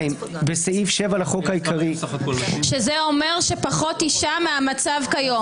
זה אומר פחות אישה מהמצב כיום.